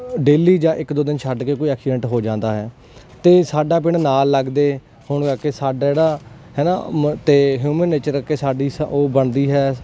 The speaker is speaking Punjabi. ਡੇਲੀ ਜਾਂ ਇੱਕ ਦੋ ਦਿਨ ਛੱਡ ਕੇ ਕੋਈ ਐਕਸੀਡੈਂਟ ਹੋ ਜਾਂਦਾ ਹੈ ਅਤੇ ਸਾਡਾ ਪਿੰਡ ਨਾਲ ਲੱਗਦੇ ਹੋਣ ਕਰਕੇ ਸਾਡਾ ਜਿਹੜਾ ਹੈ ਨਾ ਮ ਅਤੇ ਹਿਊਮਨ ਨੇਚਰ ਕਰਕੇ ਸਾਡੀ ਉਹ ਬਣਦੀ ਹੈ